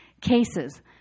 cases